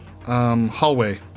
hallway